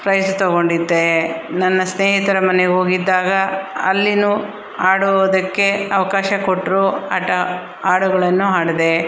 price ತೊಗೊಂಡಿದ್ದೇ ನನ್ನ ಸ್ನೇಹಿತರ ಮನೆಗೆ ಹೋಗಿದ್ದಾಗ ಅಲ್ಲಿ ಆಡುವುದಕ್ಕೆ ಅವಕಾಶ ಕೊಟ್ಟರು ಆಟ ಹಾಡುಗಳನ್ನು ಹಾಡಿದೆ